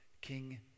King